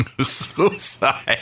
Suicide